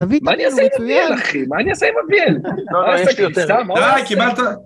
מה אני אעשה עם הביאל אחי? מה אני אעשה עם הביאל? לא, יש לי יותר. אהה, קיבלת...